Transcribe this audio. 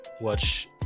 watch